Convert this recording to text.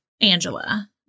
Angela